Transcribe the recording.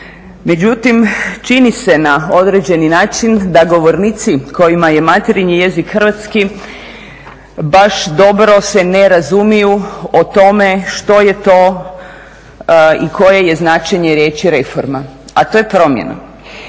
Međutim, čini se na određeni način da govornici kojima je materinji jezik Hrvatski baš dobro se ne razumiju o tome što je to i koje je značenje riječi reforma, a to je promjena.